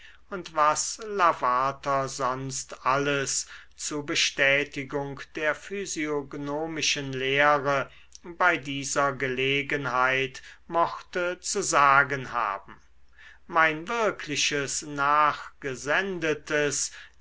und was lavater sonst alles zu bestätigung der physiognomischen lehre bei dieser gelegenheit mochte zu sagen haben mein wirkliches nachgesendetes